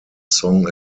song